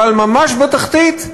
אבל ממש בתחתית,